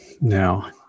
Now